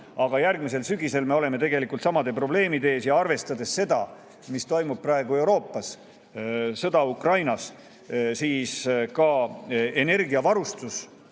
aga järgmisel sügisel me oleme tegelikult samade probleemide ees. Ja arvestades seda, mis toimub praegu Euroopas, sõda Ukrainas, siis energiavarustus,